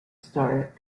started